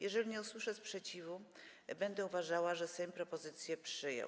Jeżeli nie usłyszę sprzeciwu, będę uważała, że Sejm propozycje przyjął.